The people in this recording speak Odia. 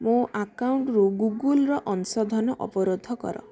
ମୋ ଆକାଉଣ୍ଟରୁ ଗୁଗୁଲ୍ର ଅଂଶଧନ ଅବରୋଧ କର